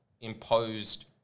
imposed